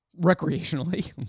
recreationally